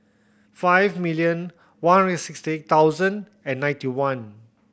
five million one hundred sixty thousand and ninety one